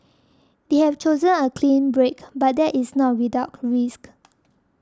they have chosen a clean break but that is not without risk